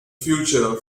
future